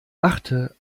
achte